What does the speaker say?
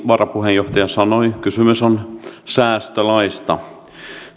varapuheenjohtaja sanoi kysymys on säästölaista